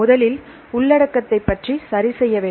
முதலில் உள்ளடக்கத்தைப் பற்றி சரி செய்ய வேண்டும்